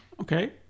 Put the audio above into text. Okay